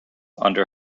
under